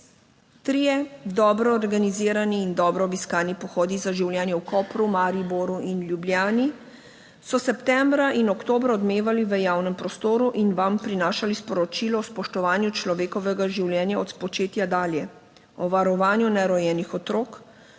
Trije dobro organizirani in dobro obiskani pohodi za življenje v Kopru, Mariboru in Ljubljani so septembra in oktobra odmevali v javnem prostoru in vam prinašali sporočilo o spoštovanju človekovega življenja od spočetja dalje o varovanju nerojenih otrok,